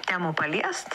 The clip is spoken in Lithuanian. temų paliest